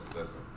listen